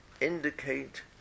indicate